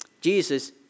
Jesus